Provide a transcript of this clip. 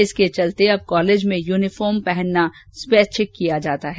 इसके चलते अब कॉलेज में यूनिफॉर्म पहनना स्वैच्छिक किया जाता है